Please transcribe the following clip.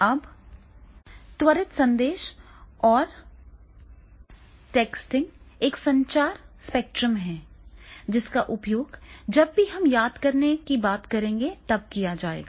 अब त्वरित संदेश और टेक्स्टिंग एक संचार स्पेक्ट्रम है जिसका उपयोग जब भी हम याद करने की बात करेंगे तब किया जाएगा